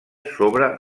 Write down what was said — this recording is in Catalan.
sobre